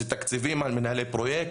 זה תקציבים על מנהלי פרויקט,